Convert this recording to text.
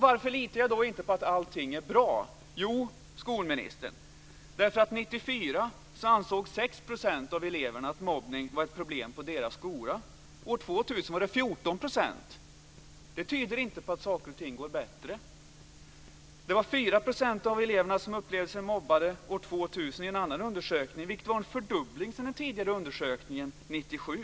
Varför litar jag inte på att allting är bra? Jo, därför att 6 % av eleverna ansåg att mobbning var ett problem på deras skola 1994, medan det år 2000 var 14 %. Det tyder inte på att saker och ting går bättre. Det var 4 % av eleverna som upplevde sig mobbade år 2000 i en annan undersökning, vilket var en fördubbling av siffrorna från en tidigare undersökning från 1997.